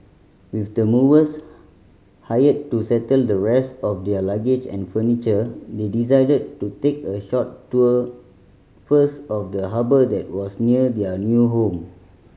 with the movers hired to settle the rest of their luggage and furniture they decided to take a short tour first of the harbour that was near their new home